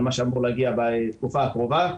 על מה שאמור להגיע בתקופה הקרובה.